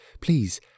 please